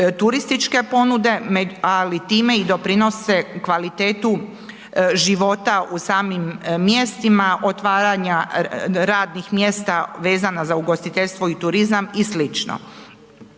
turističke ponude ali time i doprinose kvaliteti života u samim mjestima otvaranja radnih mjesta vezana za ugostiteljstvo i turizam i